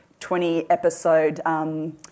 20-episode